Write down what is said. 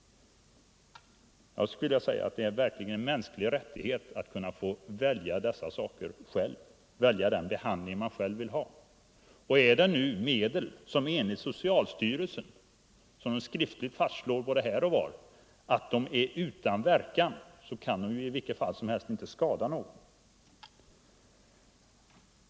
Det är verkligen en mänsklig rättighet att få välja den behandling man själv vill ha. Är det nu ett medel som enligt socialstyrelsen — vilket styrelsen skriftligen fastslår både här och var — är utan verkan, kan det i vilket fall som helst inte skada någon.